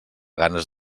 ganes